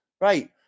right